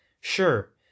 Sure